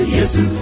Yesu